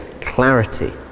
clarity